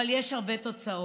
אבל יש הרבה תוצאות.